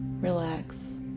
relax